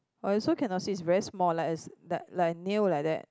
I also cannot see is very small like is like like a nail like that